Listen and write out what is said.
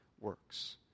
works